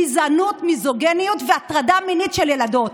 גזענות, מיזוגניות והטרדה מינית של ילדות?